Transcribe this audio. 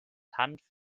hanf